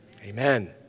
Amen